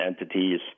entities